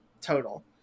total